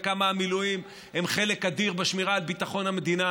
וכמה המילואים הם חלק אדיר בשמירה על ביטחון המדינה,